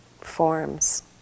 forms